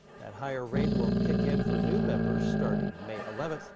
that higher rate will kick in for new members starting may eleven.